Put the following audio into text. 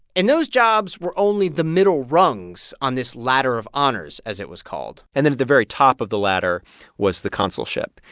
and those jobs were only the middle rungs on this ladder of honors, as it was called and then at the very top of the ladder was the consulship.